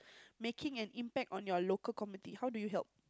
making an impact on your local community how do you help